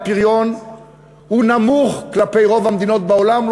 הפריון נמוך כלפי רוב מדינות העולם,